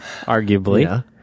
Arguably